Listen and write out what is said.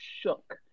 shook